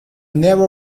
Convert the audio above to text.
never